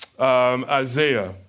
Isaiah